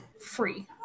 free